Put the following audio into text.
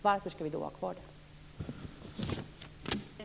Varför skall vi då ha kvar det?